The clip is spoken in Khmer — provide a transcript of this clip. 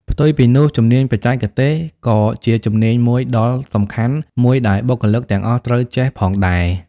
ផ្ទុយពីនោះ ជំនាញបច្ចេកទេសក៏ជាជំនាញមួយដល់សំខាន់មួយដែលបុគ្គលិកទាំងអស់ត្រូវចេះផងដែរ។